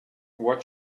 what